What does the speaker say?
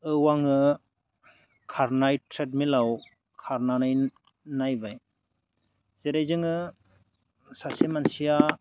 औ आङो खारनाय ट्रेडमिलाव खारनानै नायबाय जेरै जोङो सासे मानसिया